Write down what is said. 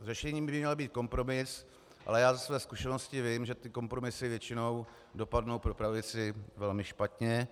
Řešením by měl být kompromis, ale já ze své zkušenosti vím, že ty kompromisy většinou dopadnou pro pravici velmi špatně.